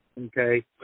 okay